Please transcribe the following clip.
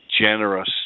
generous